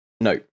No